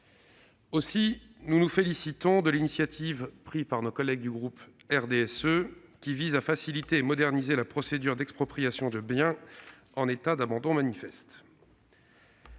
Aussi, nous nous félicitons de l'initiative de nos collègues du groupe du RDSE qui vise à faciliter et moderniser la procédure d'expropriation de biens en état d'abandon manifeste.